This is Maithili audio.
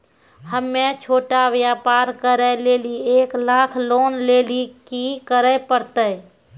हम्मय छोटा व्यापार करे लेली एक लाख लोन लेली की करे परतै?